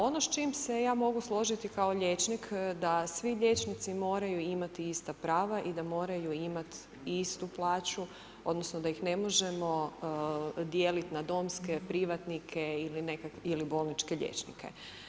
Ono s čim se ja mogu složiti kao liječnik, da svi liječnici moraju imati ista prava i da moraju imat istu plaću, odnosno da ih ne možemo dijeliti na domske, privatnike ili bolničke liječnike.